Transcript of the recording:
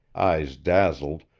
eyes dazzled,